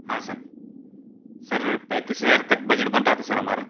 हाँ sir sir पैंतीस हज़ार तक बजट बन रहा था सर हमारा